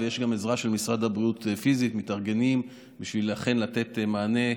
ויש גם עזרה שבמשרד הבריאות פיזית מתארגנים בשביל לתת מענה,